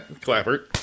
clapper